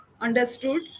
understood